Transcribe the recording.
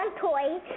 toy